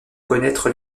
connaître